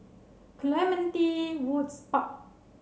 Clementi Woods Park